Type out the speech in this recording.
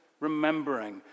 remembering